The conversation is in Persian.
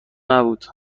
نبود